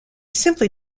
simply